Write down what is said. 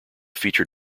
feature